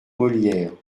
molières